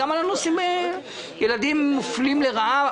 כולם מודים בזה שילדים מופלים לרעה,